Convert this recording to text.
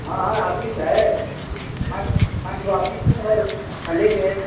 हाँ हाँ ऑफिस है ठो ऑफिस में और कॉलेज है